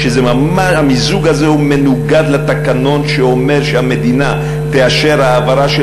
המיזוג הזה מנוגד לתקנון שאומר שהמדינה תאשר העברה של